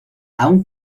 aún